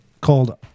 called